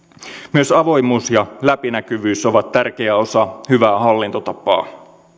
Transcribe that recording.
myös avoimuus ja läpinäkyvyys ovat tärkeä osa hyvää hallintotapaa